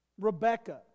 Rebecca